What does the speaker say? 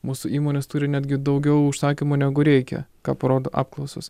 mūsų įmonės turi netgi daugiau užsakymų negu reikia ką parodo apklausos